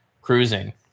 cruising